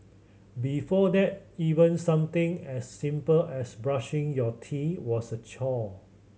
before that even something as simple as brushing your teeth was a chore